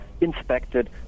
inspected